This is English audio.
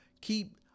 keep